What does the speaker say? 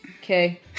Okay